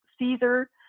Caesar